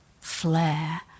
flare